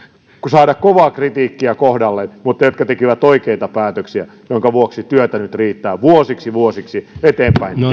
saada kovaa kritiikkiä kohdalleen mutta jotka tekivät oikeita päätöksiä minkä vuoksi työtä nyt riittää vuosiksi vuosiksi eteenpäin